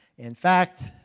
in fact,